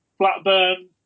Flatburn